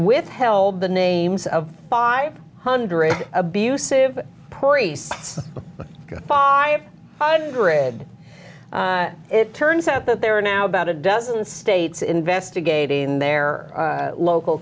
withheld the names of five hundred abusive priests five hundred it turns out that there are now about a dozen states investigating their local